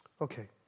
Okay